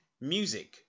music